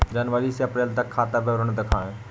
जनवरी से अप्रैल तक का खाता विवरण दिखाए?